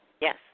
Yes